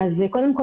המון,